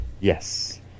Yes